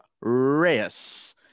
Reyes